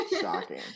Shocking